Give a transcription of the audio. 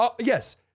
Yes